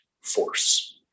force